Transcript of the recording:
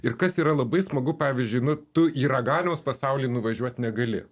ir kas yra labai smagu pavyzdžiui nu tu į raganiaus pasaulį nuvažiuot negali